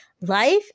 Life